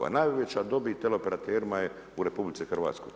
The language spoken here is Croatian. A najveća dobit teleoperaterima je u RH.